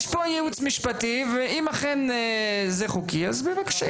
הייעוץ המשפטי, ואם אכן זה חוקי אז בבקשה.